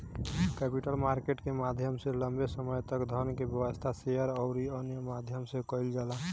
capital market के माध्यम से लंबे समय तक धन के व्यवस्था, शेयर अउरी अन्य माध्यम से कईल जाता